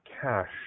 cash